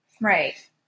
Right